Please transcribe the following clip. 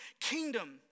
kingdom